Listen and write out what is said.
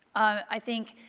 i think,